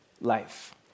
life